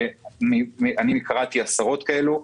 אני קראתי עשרות כאלה,